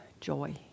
joy